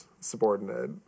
subordinate